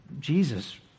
Jesus